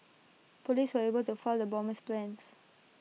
Police were able to foil the bomber's plans